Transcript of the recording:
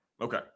Okay